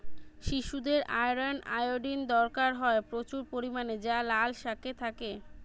শিশুদের iron, iodine দরকার হয় প্রচুর পরিমাণে যা লাল শাকে থাকে